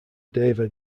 deva